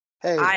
Hey